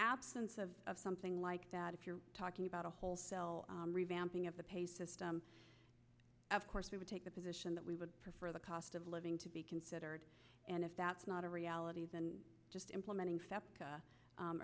absence of something like that if you're talking about a whole cell revamping of the pay system of course we would take the position that we would prefer the cost of living to be considered and if that's not a reality then just implementing a